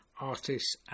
artists